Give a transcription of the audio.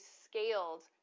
scaled